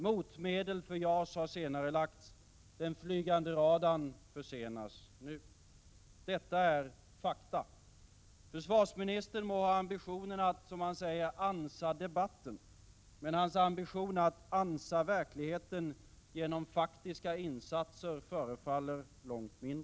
Motmedel för JAS har senarelagts. Den flygande radarn försenas nu. Detta är fakta. Försvarsministern må ha ambitionen att, som han säger, ”ansa debatten”, men hans ambition att ”ansa” verkligheten genom faktiska insatser förefaller långt mindre.